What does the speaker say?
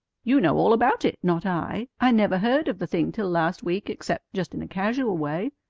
you know all about it. not i. i never heard of the thing till last week, except just in a casual way.